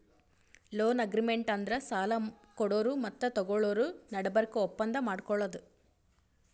loan agreement ಅಂದ್ರ ಸಾಲ ಕೊಡೋರು ಮತ್ತ್ ತಗೋಳೋರ್ ನಡಬರ್ಕ್ ಒಪ್ಪಂದ್ ಮಾಡ್ಕೊಳದು